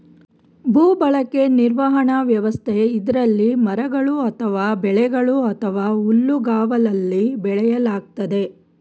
ಭೂಬಳಕೆ ನಿರ್ವಹಣಾ ವ್ಯವಸ್ಥೆ ಇದ್ರಲ್ಲಿ ಮರಗಳು ಅಥವಾ ಬೆಳೆಗಳು ಅಥವಾ ಹುಲ್ಲುಗಾವಲಲ್ಲಿ ಬೆಳೆಯಲಾಗ್ತದೆ